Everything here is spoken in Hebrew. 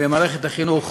במערכת החינוך.